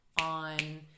on